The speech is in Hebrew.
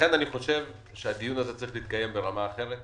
לכן אני חושב שהדיון הזה צריך להתקיים ברמה אחרת.